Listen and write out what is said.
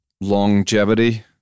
longevity